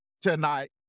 tonight